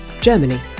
Germany